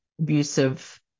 abusive